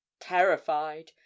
terrified